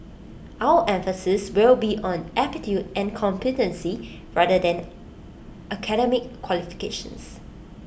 our emphasis will be on aptitude and competency rather than academic qualifications